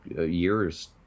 years